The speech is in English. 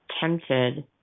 tempted